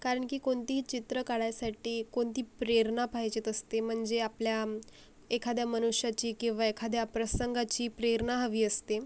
कारन की कोनतीही चित्र काळायसाटी कोनती प्रेरना पाहिजेत असते मनजे आपल्याम् एखाद्या मनुष्याची किंवा एखाद्या प्रसंगाची प्रेरना हवी असते